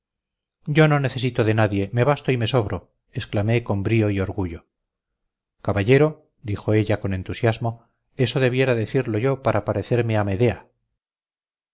yo no necesito de nadie me basto y me sobro exclamé con brío y orgullo caballero dijo ella con entusiasmo eso debiera decirlo yo para parecerme a medea